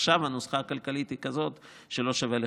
עכשיו הנוסחה הכלכלית היא כזאת שלא שווה לחכות,